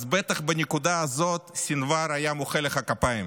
אז בטח בנקודה הזאת סנוואר היה מוחא לך כפיים.